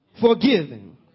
forgiven